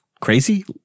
crazy